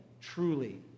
truly